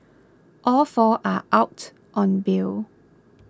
all four are out on bail